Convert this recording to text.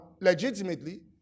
legitimately